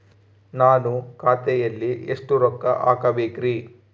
ನಾನು ಖಾತೆಯಲ್ಲಿ ಎಷ್ಟು ರೊಕ್ಕ ಹಾಕಬೇಕ್ರಿ?